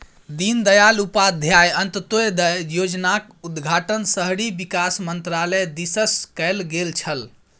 दीनदयाल उपाध्याय अंत्योदय योजनाक उद्घाटन शहरी विकास मन्त्रालय दिससँ कैल गेल छल